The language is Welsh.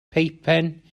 peipen